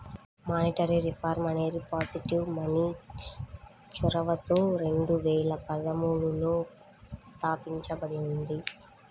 monetary reform అనేది positive money చొరవతో రెండు వేల పదమూడులో తాపించబడింది